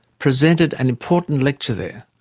presented an important lecture there.